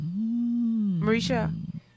Marisha